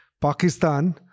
Pakistan